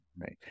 right